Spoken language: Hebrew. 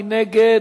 מי נגד?